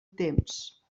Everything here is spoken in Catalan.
temps